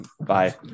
Bye